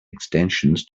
extensions